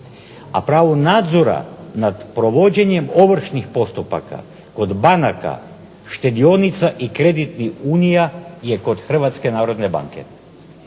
A pravo nadzora nad provođenjem ovršnih postupaka kod banaka, štedionica i kreditnih unija je kod Hrvatske narodne banke.